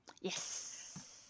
Yes